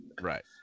Right